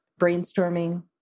Brainstorming